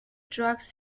drugs